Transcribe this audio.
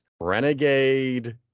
Renegade